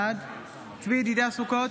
בעד צבי ידידיה סוכות,